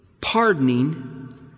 pardoning